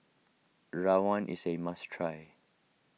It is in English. Rawon is a must try